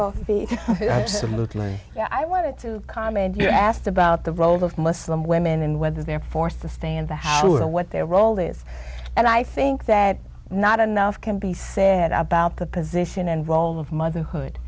both feet i want to comment you asked about the role of muslim women and whether they're forced to stay in the house or what their role is and i think that not enough can be said about the position and role of motherhood